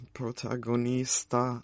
protagonista